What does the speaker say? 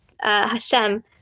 Hashem